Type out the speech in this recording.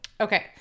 Okay